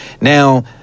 Now